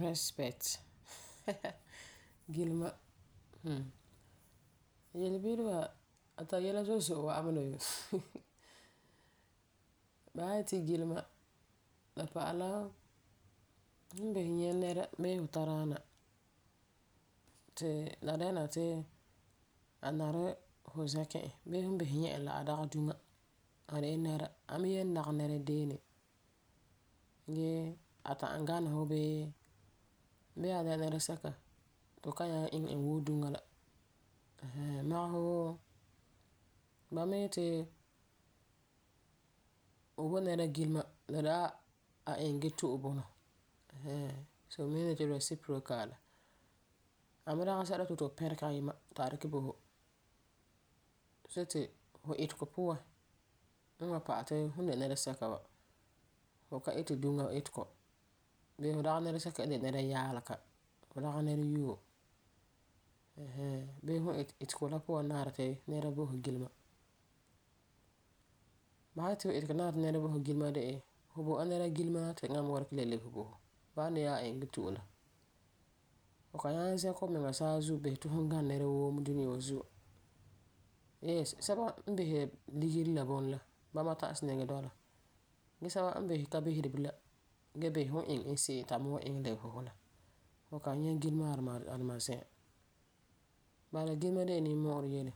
Respect, gilema. Hmm Yelebire wa a tari yɛla zo'e zo'e wa'am me na woo Ba san yeti gilema la pa'alɛ la fu nyɛ nɛra bii fu tadaana ti la dɛna ti la nari fu zɛkɛ e bii fum n bisɛ nyɛ e la a dagi duŋa, a de la nɛra. A me dagi nɛra deeni gee a ta'am gana fu bee a de la nɛresɛka ti fu kan nyaŋɛ iŋɛ e wuu duŋa. Ɛɛn hɛɛn. Magesɛ wuu, ba me yeti fu bo nɛeogilema de la A-iŋɛ gee to'e bunɔ ɛɛn hɛɛn. Solemiisi ni reciprocal. A me dagi sɛla ti fu yeti fu pɛ̃regɛ ayima ti a dikɛ bo fu. See ti fu itegɔ puan wan pa'alɛ ti fum n de nɛresɛba wa, fu ka iti duŋa itegɔ bii fu dagi nɛresɛka n de nɛreyaalega bii nɛrewoo. Ɛɛn hɛɛn. Bii fum n iti, fu itegɔ la puan nari ti nɛra bo fu gilema. Ba san yeti fu itegɔ nari ti ba bo fu gilema de'e fu bo la nɛra la gilema la ti eŋa wan dikɛ lebese bo. Bala n de A-iŋɛ gee to'e la. Fu kan nyaŋɛ zɛkɛ fumiŋa saazuo bisɛ ti fum gaŋɛ nɛrawoo woo mɛ dunia wa Zuo. Yɛs. Sɛba n biseri ligeri la buno bama ta'am sina dɔla. Gee sɛba n bisɛ ka biseri Bilam gee bisera la sɛla ti fu iŋɛ bo e la, fu kan nyɛ gilema aduma aduma zi'an. Bala gilema de la nimmu'urɛ yele.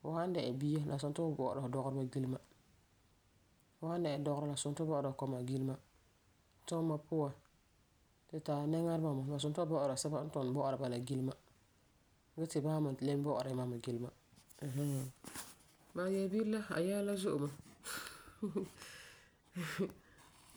Fu san dɛna bia la suni ti fu bɔ'ɔra fu dɔgereba gilema. Fu san dɛna dɔgera la nari ti fu bɔ'ɔra fu kɔma gilema. Tuuma puan, tu nari nɛŋa duma mɛ. La sun ba bɔ'ɔra sɛba n tuni ba la gilema. Gee ti bama me lem bɔ'ɔra yamam me gilema. Ɛɛn hɛɛn. Ma, yelebire la a yɛla la zo'e mɛ.